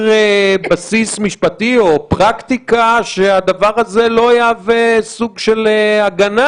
בסיס משפטי או פרקטיקה שהדבר הזה לא יהווה סוג של הגנה,